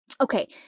Okay